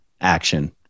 action